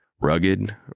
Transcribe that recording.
Rugged